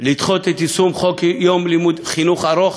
לדחות את יישום חוק יום חינוך ארוך